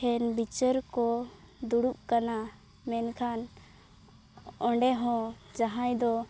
ᱴᱷᱮᱱ ᱵᱤᱪᱟᱹᱨ ᱠᱚ ᱫᱩᱲᱩᱵ ᱠᱟᱱᱟ ᱢᱮᱱᱠᱷᱟᱱ ᱚᱸᱰᱮ ᱦᱚᱸ ᱡᱟᱦᱟᱸᱭ ᱫᱚ